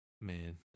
Man